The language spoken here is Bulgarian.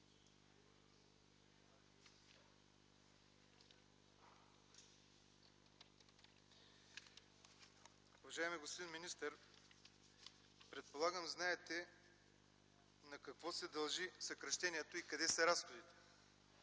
Уважаеми господин министър, предполагам знаете на какво се дължи съкращението и къде са разходите.